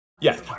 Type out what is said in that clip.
Yes